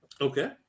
Okay